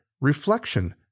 reflection